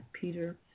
Peter